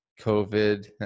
COVID